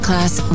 Class